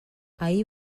ahir